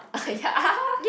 ya